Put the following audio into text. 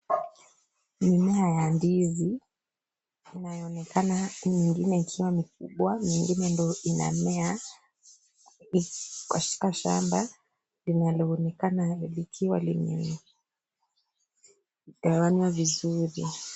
Mimea ya ndizi inayoonekana nyingine ikiwa ni kubwa nyingine ndio inamea katika shamba linaloonekana likiwa limegawanwa vizuri.